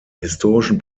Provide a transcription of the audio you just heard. historischen